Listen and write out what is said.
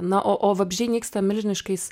na o o vabzdžiai nyksta milžiniškais